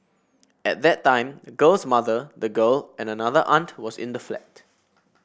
at that time the girl's mother the girl and another aunt was in the flat